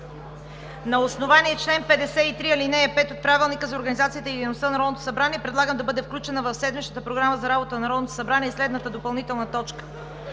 на основание чл. 53, ал. 5 от Правилника за организацията и дейността на Народното събрание предлагам да бъде включена в седмичната програма за работата на Народното събрание следната допълнителна точка: